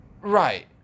Right